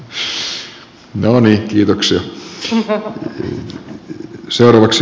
arvoisa puhemies